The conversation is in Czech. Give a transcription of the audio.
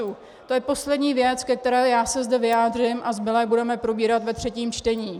To je poslední věc, ke které se zde vyjádřím, a zbylé budeme probírat ve třetím čtení.